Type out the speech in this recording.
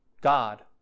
God